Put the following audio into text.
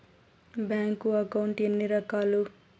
bank account ఎన్ని రకాలు